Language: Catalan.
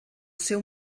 seu